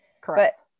correct